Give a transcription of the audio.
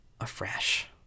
afresh